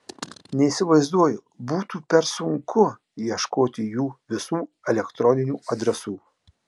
neįsivaizduoju būtų per sunku ieškoti jų visų elektroninių adresų